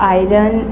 iron